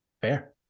Fair